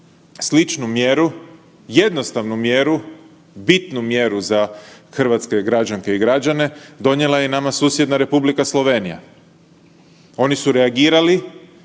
sličnu mjeru jednostavnu mjeru, bitnu mjeru za hrvatske građanke i građane donijela je nama susjedna Republika Slovenija, oni su reagirali